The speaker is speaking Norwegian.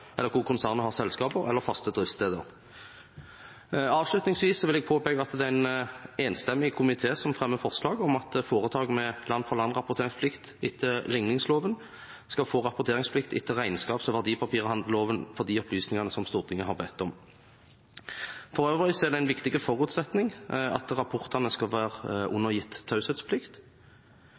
eller faste driftssteder. Avslutningsvis vil jeg påpeke at det er en enstemmig komité som fremmer forslag om at foretak med land-for-land-rapporteringsplikt etter likningsloven skal få rapporteringsplikt etter regnskaps- og verdipapirhandelloven for de opplysningene Stortinget har bedt om. For øvrig er det en viktig forutsetning at rapportene skal være undergitt taushetsplikt.